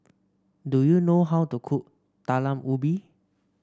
do you know how to cook Talam Ubi